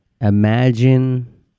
Imagine